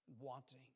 wanting